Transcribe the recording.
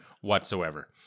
whatsoever